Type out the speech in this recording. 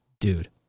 dude